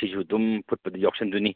ꯁꯤꯁꯨ ꯑꯗꯨꯝ ꯐꯨꯠꯄꯗ ꯌꯥꯎꯁꯟꯗꯣꯏꯅꯤ